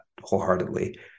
wholeheartedly